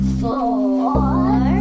four